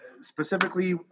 specifically